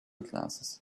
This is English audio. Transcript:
glasses